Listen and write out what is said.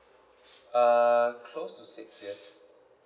uh close to six years